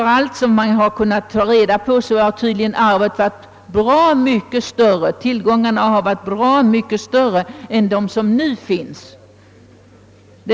Såvitt man kunnat ta reda på har tillgångarna tydligen varit bra mycket större än de som nu finns kvar.